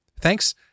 Thanks